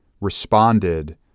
responded